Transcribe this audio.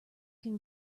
can